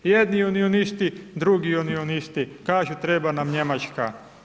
Jednu unionisti, drugi unionisti, kažu treba nam Njemačka.